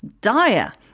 dire